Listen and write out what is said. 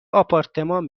آپارتمان